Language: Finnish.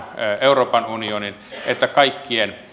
euroopan unionin että kaikkien